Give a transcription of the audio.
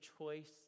choice